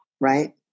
right